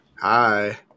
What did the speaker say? hi